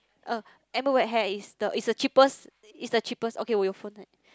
uh is the is the cheapest is the cheapest okay